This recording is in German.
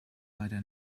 leider